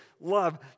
love